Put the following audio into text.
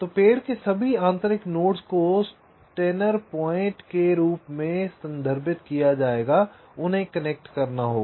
तो पेड़ के सभी आंतरिक नोड्स को स्टीनर पॉइंट के रूप में संदर्भित किया जाएगा उन्हें कनेक्ट करना होगा